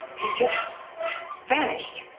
he just vanished.